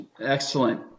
Excellent